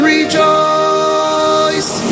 Rejoice